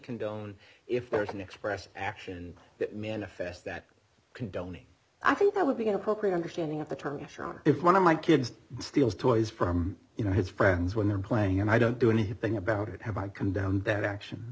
condone if there is an express action that manifest that condoning i think that would be an appropriate understanding of the term sean if one of my kids steals toys from you know his friends when they're playing and i don't do anything about it have i come down that action